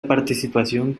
participación